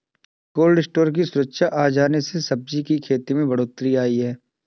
cold storage की सुविधा आ जाने से सब्जी की खेती में बढ़ोत्तरी आई है